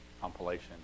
compilation